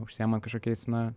užsiema kažkokiais na